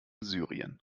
syrien